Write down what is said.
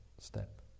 step